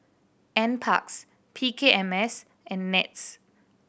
Nparks P K M S and NETS